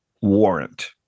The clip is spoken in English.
warrant